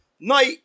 night